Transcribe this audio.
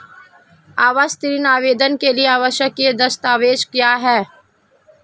आवास ऋण आवेदन के लिए आवश्यक दस्तावेज़ क्या हैं?